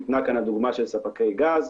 ניתנה פה הדוגמה של ספקי גז.